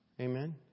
Amen